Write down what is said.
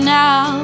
now